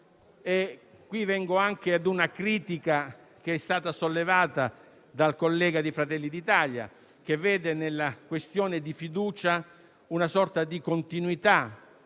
qui vengo anche ad una critica sollevata dal collega del Gruppo Fratelli d'Italia, che vede nella questione di fiducia una sorta di continuità